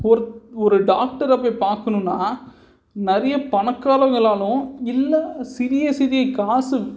ஒரு ஒரு டாக்டரை போய் பார்க்கணுன்னா நிறையா பணக்காரவங்களாலும் இல்லை சிறிய சிறிய காசு